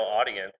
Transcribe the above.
audience